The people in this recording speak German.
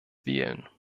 wählen